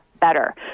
better